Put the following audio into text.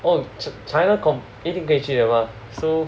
oh to China 一定可以去的吗 so